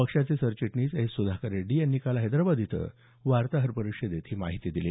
पक्षाचे सरचिटणीस एस सुधाकर रेड्डी यांनी काल हैदराबाद इथं वार्ताहर परिषदेत ही माहिती दिली